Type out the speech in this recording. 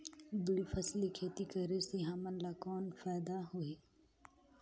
दुई फसली खेती करे से हमन ला कौन फायदा होही?